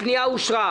הצבעה הפנייה אושרה.